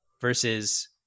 versus